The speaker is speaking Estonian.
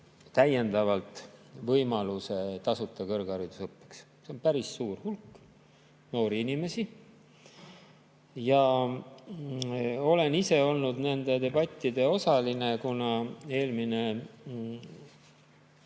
täiendavalt võimaluse tasuta kõrgharidusõppeks. See on päris suur hulk noori inimesi. Olen ise olnud nendes debattides osaline. Eelmine